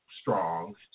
strong